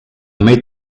made